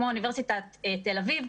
כמו אוניברסיטת תל אביב.